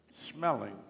smelling